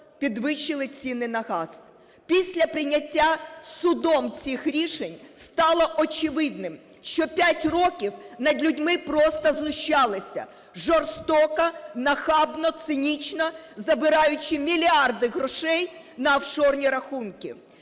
підвищили ціни на газ. Після прийняття судом цих рішень стало очевидним, що 5 років над людьми просто знущалися. Жорстоко, нахабно, цинічно, забираючи мільярди грошей на офшорні рахунки.